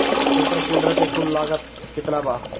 Super seeder के कुल लागत केतना बा?